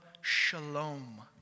shalom